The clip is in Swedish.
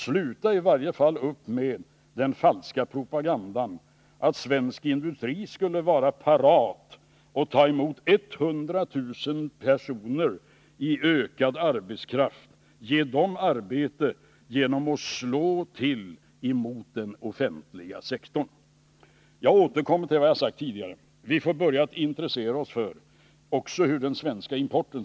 Sluta i varje fall upp med den falska propaganda som ni för genom att slå till mot den offentliga sektorn och låta påskina att svensk industri skulle vara parat att ta emot ytterligare 100 000 personer och ge dem arbete. Jag återkommer till vad jag sagt tidigare.